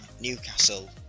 Newcastle